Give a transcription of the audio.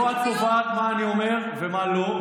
לא את קובעת מה אני אומר ומה לא,